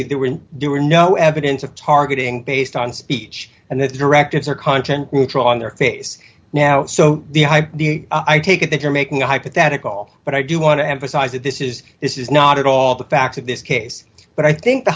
were do or no evidence of targeting based on speech and that directives are content neutral on their face now so i take it that you're making a hypothetical but i do want to emphasize that this is this is not at all the facts of this case but i think the